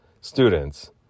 students